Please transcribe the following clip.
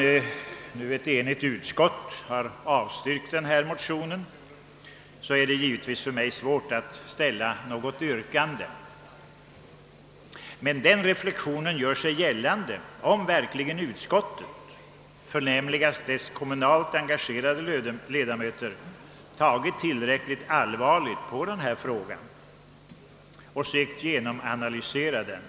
Då ett enigt utskott av styrkt motionen är det givetvis svårt för mig att ställa något yrkande. Men den reflexionen anmäler sig om verkligen utskottet, förnämligast dess kommunalt engagerade ledamöter, tagit tillräckligt allvarligt på denna fråga och sökt grundligt analysera den.